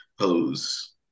pose